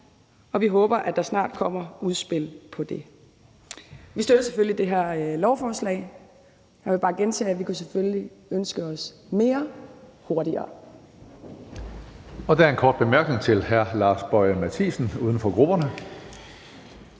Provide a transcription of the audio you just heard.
og vi håber, at der snart kommer et udspil om det. Vi støtter selvfølgelig det her lovforslag. Men jeg vil bare gentage, at vi selvfølgelig kunne ønske os mere hurtigere.